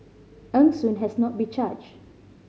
Eng Soon has not been charged